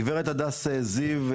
גברת הדס זיו,